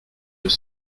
deux